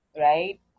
right